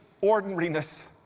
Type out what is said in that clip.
ordinariness